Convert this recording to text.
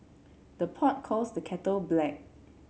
the pot calls the kettle black